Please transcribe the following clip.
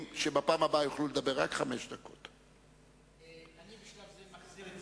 מה שראינו כאן זה אכזבה קשה,